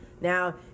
Now